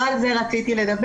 לא על זה רציתי לדבר.